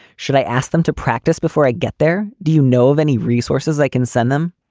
should i ask them to practice before i get there? do you know of any resources i can send them?